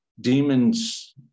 demon's